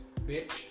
bitch